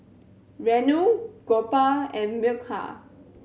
Renu Gopal and Milkha